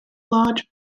large